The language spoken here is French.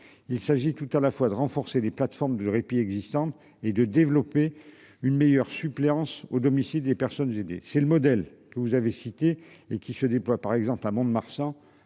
Il s'agit tout à la fois de renforcer les plateformes de répit existantes et de développer une meilleure suppléance au domicile des personnes des c'est le modèle. Vous avez cité et qui se déploie par exemple à Mont-de-Marsan